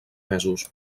mesos